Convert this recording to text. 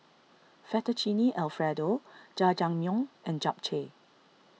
Fettuccine Alfredo Jajangmyeon and Japchae